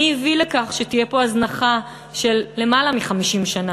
מי הביא לכך שתהיה פה הזנחה של למעלה מ-50 שנה,